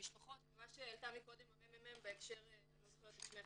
ואני לא אחזור.